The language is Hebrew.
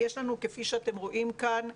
יש לנו, כפי שאתם רואים כאן,